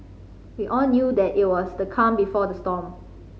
we all knew that it was the calm before the storm